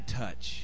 touch